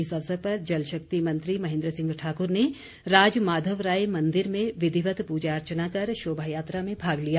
इस अवसर पर जल शक्ति मंत्री महेंद्र सिंह ठाकुर ने राजमाधव राय मंदिर में विधिवत पूजा अर्चना कर शोभा यात्रा में भाग लिया